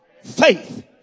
Faith